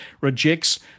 rejects